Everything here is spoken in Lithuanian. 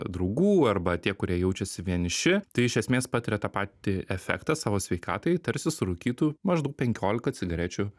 draugų arba tie kurie jaučiasi vieniši tai iš esmės patiria tą patį efektą savo sveikatai tarsi surūkytų maždaug penkiolika cigarečių